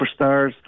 superstars